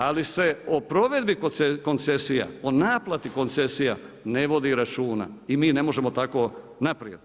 Ali se o provedbi koncesija, o naplati koncesija ne vodi računa i mi ne možemo tako naprijed.